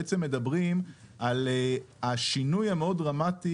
אנחנו בעצם מדברים על השינוי המאוד דרמטי